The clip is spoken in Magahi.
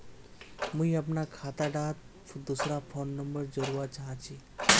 मुई अपना खाता डात दूसरा फोन नंबर जोड़वा चाहची?